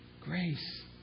Grace